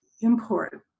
import